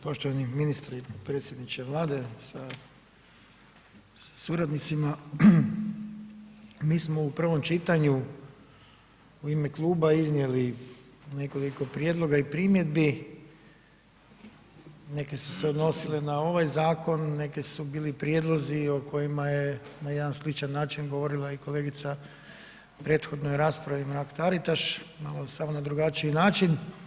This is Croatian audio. Poštovani ministri i potpredsjedniče Vlade sa suradnicima, mi smo u prvom čitanju u ime kluba iznijeli nekoliko prijedloga i primjedbi, neke su se odnosile na ovaj zakon, neke su bili prijedlozi o kojima je na jedan sličan način govorila i kolegica u prethodnoj raspravi Mrak Taritaš, malo samo na drugačiji način.